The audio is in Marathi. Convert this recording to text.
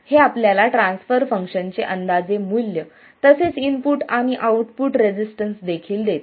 हे आपल्याला ट्रान्सफर फंक्शनचे अंदाजे मूल्य तसेच इनपुट आणि आउटपुट रेसिस्टन्स देखील देते